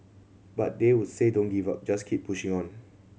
but they would say don't give up just keep pushing on